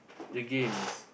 the games